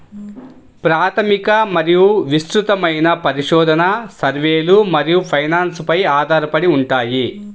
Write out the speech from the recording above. ప్రాథమిక మరియు విస్తృతమైన పరిశోధన, సర్వేలు మరియు ఫైనాన్స్ పై ఆధారపడి ఉంటాయి